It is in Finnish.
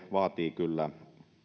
vaatii kyllä